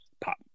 pop